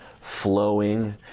flowing